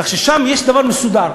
כך ששם יש דבר מסודר.